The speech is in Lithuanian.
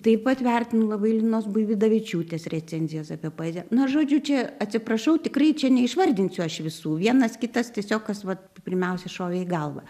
taip pat vertinu labai linos buividavičiūtės recenzijas apie poeziją na žodžiu čia atsiprašau tikrai čia neišvardinsiu aš visų vienas kitas tiesiog kas vat pirmiausia šovė į galvą